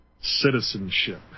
citizenship